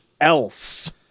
else